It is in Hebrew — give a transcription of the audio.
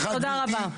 תודה רבה.